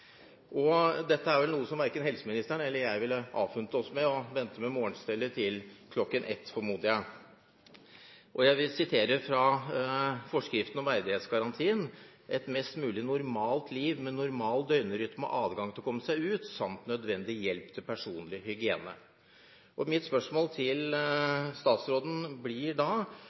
Verken helseministeren eller jeg ville vel avfunnet oss med å vente med morgenstellet til klokken ett, formoder jeg. Jeg vil sitere fra forskriften om verdighetsgarantien: «Et mest mulig normalt liv, med normal døgnrytme og adgang til å komme seg ut, samt nødvendig hjelp til personlig hygiene.» Mitt spørsmål til statsråden blir da: